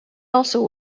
also